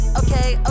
okay